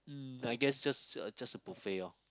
mm I guess just a just a buffet lor